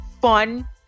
fun